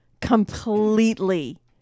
Completely